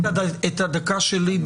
את הדקה שלי,